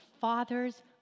Father's